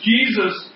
Jesus